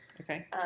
Okay